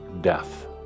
death